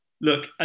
Look